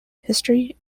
history